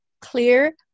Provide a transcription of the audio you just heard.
clear